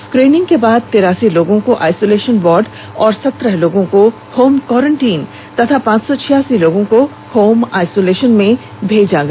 screening के बाद तिरासी लोगों को आइसोलेशन वार्ड और सत्रह लोगों को होम क्वारन्टीन तथा पांच सौ छियासी लोगों को होम आइसोलेशन में भेजा गया